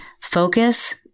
focus